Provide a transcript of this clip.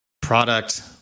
product